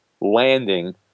landing